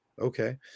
Okay